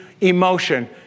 emotion